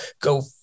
go